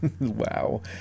wow